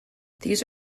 these